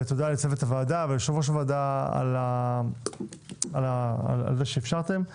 תודה לצוות הוועדה וליושב ראש הוועדה על כך שאפשרתם.